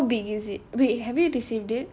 wait how big is it wait have you received it